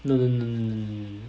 no no no no no no no no